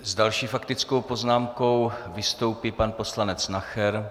S další faktickou poznámkou vystoupí pan poslanec Nacher.